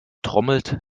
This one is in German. trommelt